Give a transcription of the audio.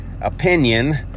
opinion